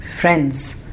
friends